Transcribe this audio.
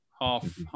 half